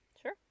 sure